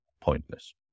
pointless